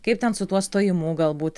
kaip ten su tuo stojimu galbūt